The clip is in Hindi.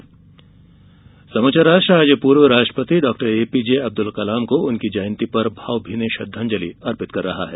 कलाम जयंती समग्र राष्ट्र आज पूर्व राष्ट्रपति डॉक्टर एपीजे अब्दुल कलाम को उनकी जयंती पर भावभीनी श्रद्वांजलि अर्पित कर रहा है